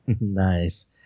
Nice